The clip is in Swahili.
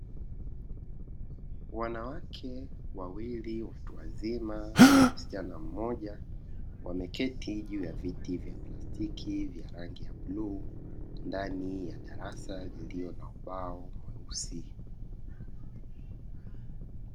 Wanawake wawili watu wazima na msichana mmoja, wameketi juu ya viti vya plastiki vyenye rangi ya bluu ndani ya darasa lililo na ubao mweusi.